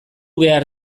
behar